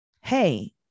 Hey